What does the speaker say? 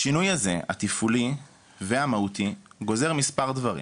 השינוי הזה, התפעולי והמהותי, גוזר מספר דברים.